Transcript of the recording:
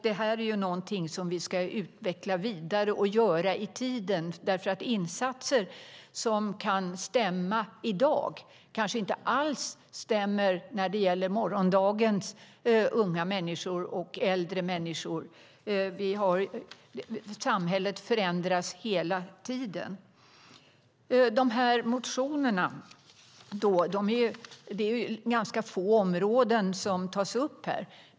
Det här är någonting som vi ska vidareutveckla och göra det i tiden. Insatser som kan stämma i dag kanske inte alls stämmer när det gäller morgondagens unga och äldre människor. Samhället förändras hela tiden. Det är ganska få områden som tas upp i motionerna.